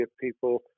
people